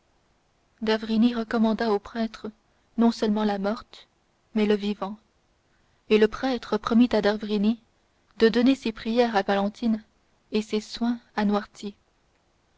d'avrigny recommanda au prêtre non seulement la morte mais le vivant et le prêtre promit à d'avrigny de donner ses prières à valentine et ses soins